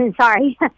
Sorry